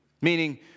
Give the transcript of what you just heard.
Meaning